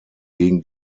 gegen